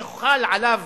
שחל עליו